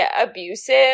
abusive